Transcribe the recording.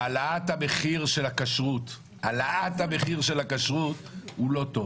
העלאת המחיר של הכשרות הוא לא טוב,